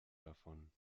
davon